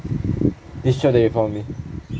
this job that you found is